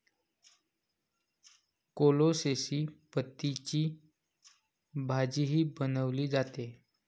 कोलोसेसी पतींची भाजीही बनवली जाते